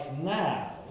now